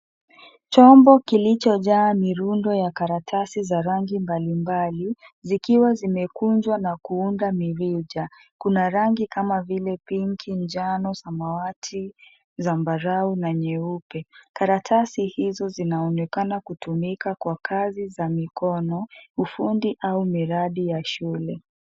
Chimbo kilichojaa mirundo ya karatasi za rangi mbalimbali zikiwa zimekunjwa na kuunda mirija kuna rangi kama vile pinki , njano, samawati, sambarau na nyeupe, karatasi hizo zinaonekana kutumika kwa kazi za mikono ufundi au miradi ya shule.